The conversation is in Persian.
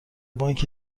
بانک